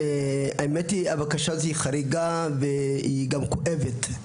האמת היא שמדובר בבקשה חריגה וגם כואבת.